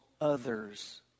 others